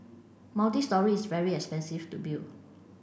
multistory is very expensive to build